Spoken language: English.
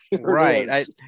right